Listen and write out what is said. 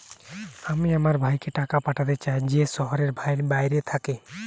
আমি আমার ভাইকে টাকা পাঠাতে চাই যে শহরের বাইরে থাকে